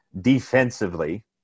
defensively